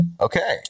Okay